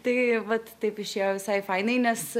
tai vat taip išėjo visai fainai nes